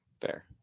Fair